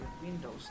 Windows